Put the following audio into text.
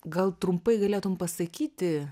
gal trumpai galėtum pasakyti